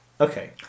Okay